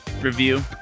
review